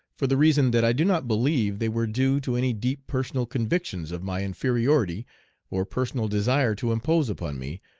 for the reason that i do not believe they were due to any deep personal convictions of my inferiority or personal desire to impose upon me,